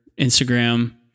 Instagram